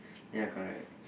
ya correct